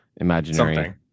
imaginary